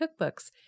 cookbooks